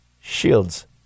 Shields